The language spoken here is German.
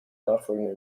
nachfolgende